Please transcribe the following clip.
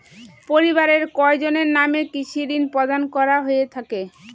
পরিবারের কয়জনের নামে কৃষি ঋণ প্রদান করা হয়ে থাকে?